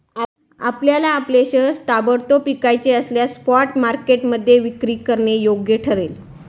आपल्याला आपले शेअर्स ताबडतोब विकायचे असल्यास स्पॉट मार्केटमध्ये विक्री करणं योग्य ठरेल